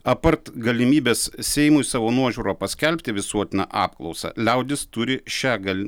apart galimybės seimui savo nuožiūra paskelbti visuotinę apklausą liaudis turi šią gal